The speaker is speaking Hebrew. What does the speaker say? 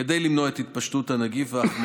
אני רוצה להסביר: עם התפשטות נגיף הקורונה,